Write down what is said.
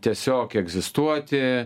tiesiog egzistuoti